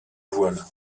voile